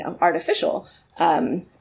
artificial